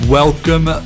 welcome